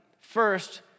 First